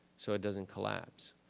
so it doesn't collapse.